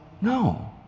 no